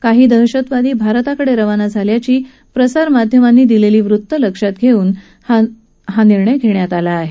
काही दहशतवादी भारताकडे रवाना झाल्याची प्रसारमाध्यमांनी दिलेली वृत्तं लक्षात घेऊन नौदलानं हा निर्णय घेतला आहे